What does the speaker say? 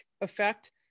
effect